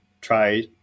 try